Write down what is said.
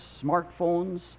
smartphones